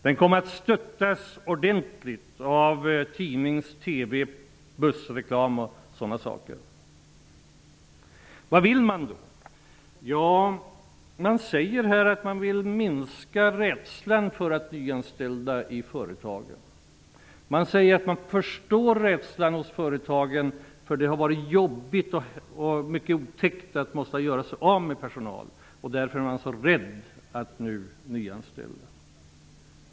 Den kommer att stöttas ordentligt av tidnings-, TV och bussreklam och sådana saker. Vad vill man då? Man säger att man vill minska rädslan för att nyanställa i företagen. Man säger att man förstår rädslan hos företagen. Det har varit jobbigt och mycket otäckt att de varit tvungna göra sig av med personal. Därför är de rädda för att nyanställa.